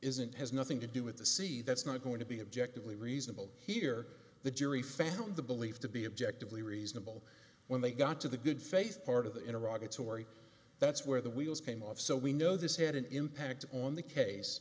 isn't has nothing to do with the sea that's not going to be objectively reasonable here the jury found the belief to be objectively reasonable when they got to the good faith part of the iraq it's henri that's where the wheels came off so we know this had an impact on the case